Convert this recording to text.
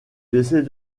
décès